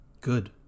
Good